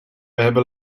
hebben